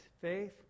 faith